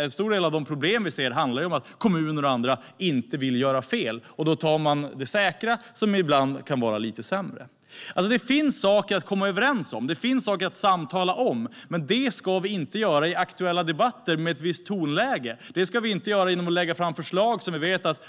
En stor del av de problem vi ser handlar om att kommuner och andra inte vill göra fel, och då tar man det säkra, som ibland kan vara lite sämre. Det finns saker att komma överens och samtala om. Men det ska vi inte göra i aktuella debatter med ett visst tonläge eller genom att lägga fram förslag som vi vet att